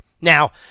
Now